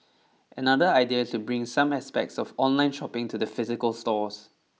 another idea is to bring some aspects of online shopping to the physical stores